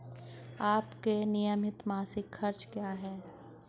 आपके नियमित मासिक खर्च क्या हैं?